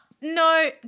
No